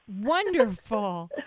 Wonderful